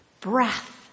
Breath